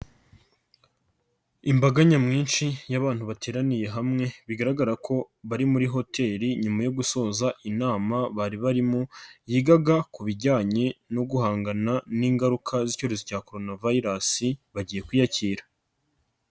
Imbaga nyamwinshi y'abantu bateraniye hamwe, bigaragara ko bari muri hoteli nyuma yo gusoza inama bari barimo, yigaga ku bijyanye no guhangana n'ingaruka z'icyorezo cya Corona virus, bagiye kwiyakira.